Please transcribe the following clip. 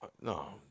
No